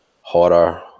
Horror